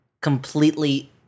completely